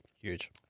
Huge